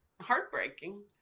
heartbreaking